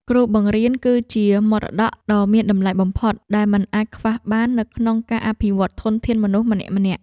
គ្រូបង្រៀនគឺជាមរតកដ៏មានតម្លៃបំផុតដែលមិនអាចខ្វះបាននៅក្នុងការអភិវឌ្ឍន៍ធនធានមនុស្សម្នាក់ៗ។